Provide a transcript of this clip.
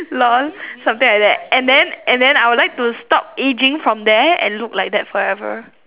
lol something like that and then and then I would like to stop ageing from there and look like that forever